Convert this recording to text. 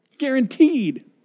guaranteed